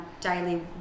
daily